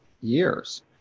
years